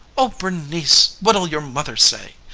oh, bernice, what'll your mother say?